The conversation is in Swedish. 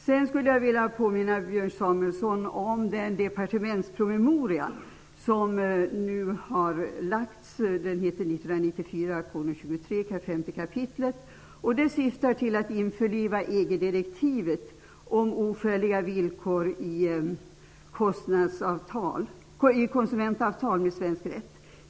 Sedan skulle jag vilja påminna Björn Samuelson om den departementspromemoria som nu har lagts fram -- 1994:23, 5 kap. Syftet är att införliva EG direktivet om oskäliga villkor i konsumentavtal med svensk rätt.